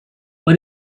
but